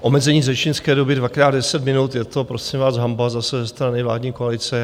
Omezení řečnické doby dvakrát 10 minut je to prosím vás hanba zase ze strany vládní koalice.